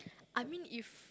I mean if